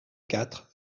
quatre